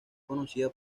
conocida